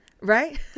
Right